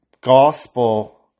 gospel